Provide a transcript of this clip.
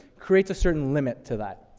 creates a certain limit to that.